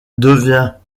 devient